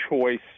choice